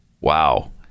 Wow